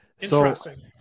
Interesting